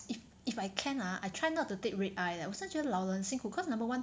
if if I can ah I try not to take red-eye leh 我现在觉得老了很辛苦 cause number one